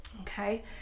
okay